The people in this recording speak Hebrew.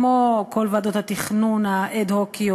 כמו כל ועדות התכנון האד-הוקיות.